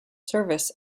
service